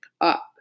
up